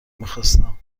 میخواستم